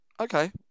Okay